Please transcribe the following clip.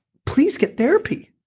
please get therapy.